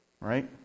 right